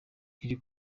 iri